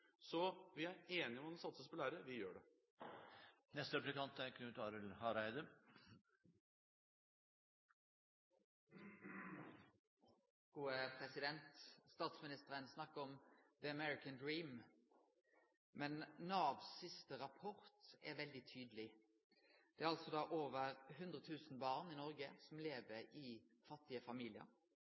Så vi er enig i at det må satses på lærere – vi gjør det. Statsministeren snakka om «the American dream», men Navs siste rapport er veldig tydeleg. Det er altså meir enn 100 000 barn i Noreg som lever i fattige